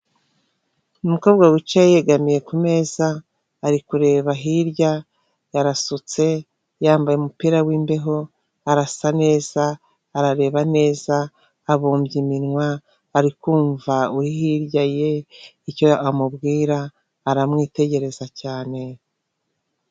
Umukobwa wicaye yegamiye ku meza ari kureba hirya arasutse, yambaye umupira w'imbeho arasa neza arareba neza abumbye iminwa, ari kumva uri hirya ye icyo amubwira aramwitegereza cyane.